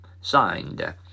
signed